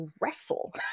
wrestle